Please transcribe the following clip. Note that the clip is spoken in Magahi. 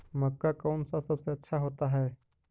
मक्का कौन सा सबसे अच्छा होता है?